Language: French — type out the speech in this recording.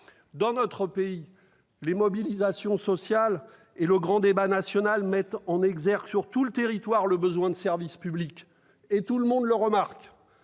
Dans notre pays, les mobilisations sociales et le grand débat national mettent en exergue sur tout le territoire le besoin de services publics. Tout le monde le remarque.